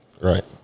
Right